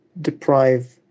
deprive